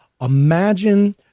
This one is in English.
Imagine